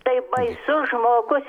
taip baisus žmogus